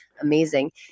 amazing